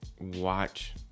watch